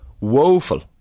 woeful